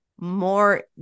more